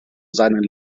seinen